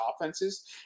offenses